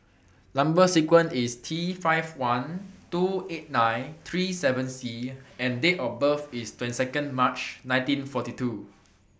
Number sequence IS T five one two eight nine three seven C and Date of birth IS twenty two March nineteen forty two